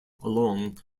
along